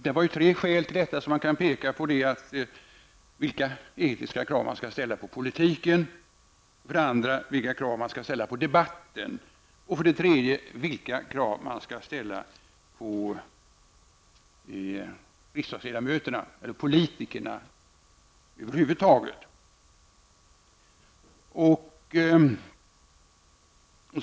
Frågan är för det första vilka krav man skall ställa på politiken, för det andra vilka krav man skall ställa på debatten och för det tredje vilka krav man skall ställa på riksdagsledamöterna eller på politikerna över huvud taget.